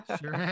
sure